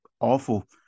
awful